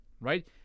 right